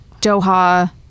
Doha